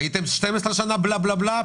הייתם 12 שנים בלה-בלה-בלה.